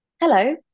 hello